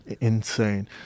insane